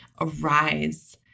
arise